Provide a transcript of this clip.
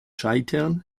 scheitern